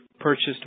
Purchased